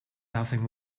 nothing